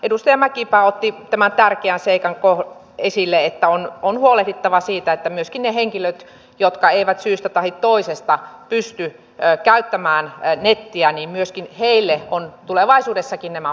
edustaja mäkipää otti esille tämän tärkeän seikan että on huolehdittava siitä että myöskin niille henkilöille jotka eivät syystä tahi toisesta pysty käyttämään nettiä ovat tulevaisuudessakin nämä palvelut saatavissa